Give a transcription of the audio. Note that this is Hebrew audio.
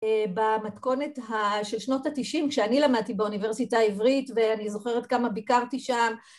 ‫במתכונת של שנות ה-90, ‫כשאני למדתי באוניברסיטה העברית, ‫ואני זוכרת כמה ביקרתי שם.